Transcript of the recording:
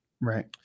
Right